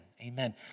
amen